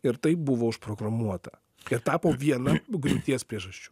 ir tai buvo užprogramuota ir tapo viena griūties priežasčių